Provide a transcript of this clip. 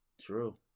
True